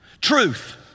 Truth